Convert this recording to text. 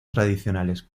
tradicionales